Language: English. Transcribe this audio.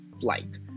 flight